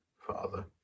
father